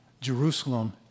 Jerusalem